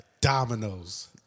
Dominoes